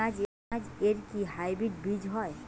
পেঁয়াজ এর কি হাইব্রিড বীজ হয়?